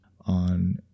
on